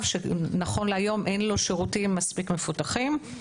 שנכון להיום אין לו שירותים מספיק מפותחים.